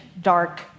dark